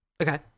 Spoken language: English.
okay